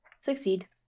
Succeed